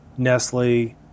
Nestle